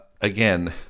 again